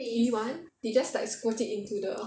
鱼丸 they just like squirt it into the